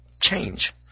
Change